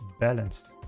balanced